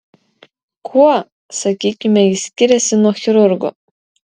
kuo sakykime jis skiriasi nuo chirurgo